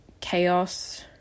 chaos